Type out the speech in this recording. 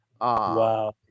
Wow